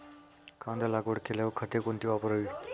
कांदा लागवड केल्यावर खते कोणती वापरावी?